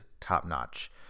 top-notch